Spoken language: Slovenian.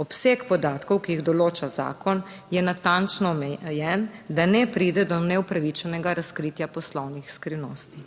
Obseg podatkov, ki jih določa zakon, je natančno omejen, da ne pride do neupravičenega razkritja poslovnih skrivnosti.